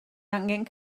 angen